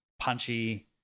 punchy